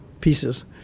pieces